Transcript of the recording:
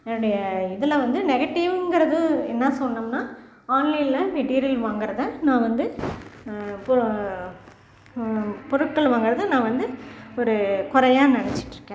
என்னுடைய இதில் வந்து நெகட்டிவ்ங்கிறது என்ன சொல்லணும்னா ஆன்லைனில் மெட்டீரியல் வாங்கிறத நான் வந்து இப்போது பொருட்கள் வாங்கிறத நான் வந்து ஒரு குறையா நினச்சிட்டு இருக்கேன்